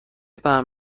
پهن